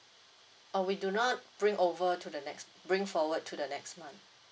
uh we do not bring over to the next bring forward to the next month